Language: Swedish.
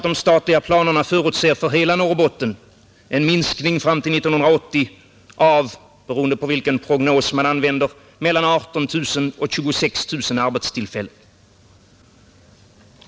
De statliga planerna visar för hela Norrbotten en minskning fram till 1980 av — beroende på vilken prognos man använder — mellan 18 000 och 26 000 arbetstillfällen.